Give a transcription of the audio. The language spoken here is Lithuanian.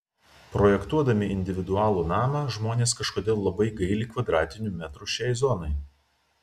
projektuodami individualų namą žmonės kažkodėl labai gaili kvadratinių metrų šiai zonai